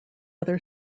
other